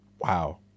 wow